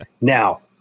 Now